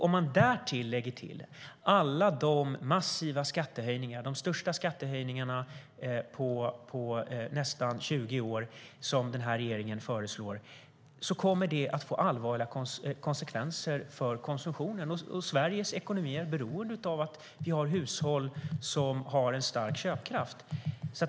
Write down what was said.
Om man lägger till alla de massiva skattehöjningar som den här regeringen föreslår, de största skattehöjningarna på nästan 20 år, kommer det att få allvarliga konsekvenser för konsumtionen. Sveriges ekonomi är beroende av att vi har hushåll med en stark köpkraft.